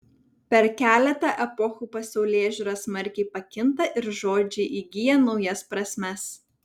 per keletą epochų pasaulėžiūra smarkiai pakinta ir žodžiai įgyja naujas prasmes